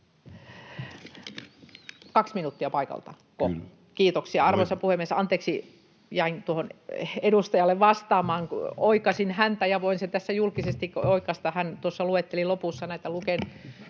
Kaksi minuuttiako paikalta?] — Kyllä. Kiitoksia, arvoisa puhemies! Anteeksi, jäin tuohon edustajalle vastaamaan, kun oikaisin häntä, ja voin tässä julkisestikin oikaista. Hän luetteli tuossa lopussa näitä Luken